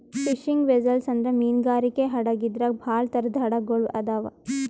fishing vessel ಅಂದ್ರ ಮೀನ್ಗಾರಿಕೆ ಹಡಗ್ ಇದ್ರಾಗ್ ಭಾಳ್ ಥರದ್ ಹಡಗ್ ಗೊಳ್ ಅದಾವ್